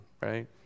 right